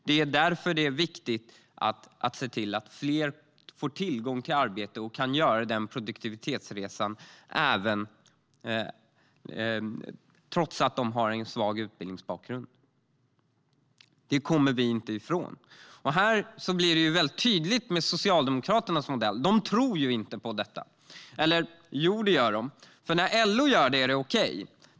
Det är därför det är viktigt att se till att fler får tillgång till arbete och kan göra den produktivitetsresan trots att de har en svag utbildningsbakgrund. Det kommer vi inte ifrån. Här blir det väldigt tydligt med Socialdemokraternas modell. De tror inte på detta. Jo, det gör de, för när LO gör detta är det okej.